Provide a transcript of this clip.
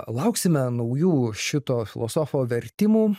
lauksime naujų šito filosofo vertimų